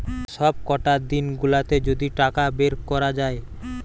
সবকটা দিন গুলাতে যদি টাকা বের কোরা যায়